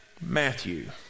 Matthew